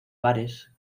bares